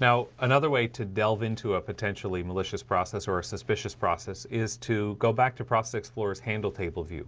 now another way to delve into a potentially malicious process or a suspicious process is to go back to process explores handle table view